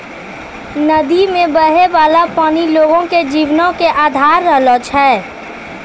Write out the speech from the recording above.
नदी मे बहै बाला पानी लोगो के जीवनो के अधार रहलो छै